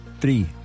Three